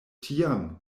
tiam